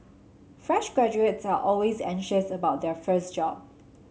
fresh graduates are always anxious about their first job